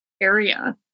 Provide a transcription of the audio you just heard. area